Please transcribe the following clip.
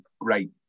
great